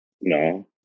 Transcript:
No